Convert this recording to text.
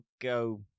go